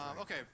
Okay